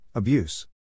Abuse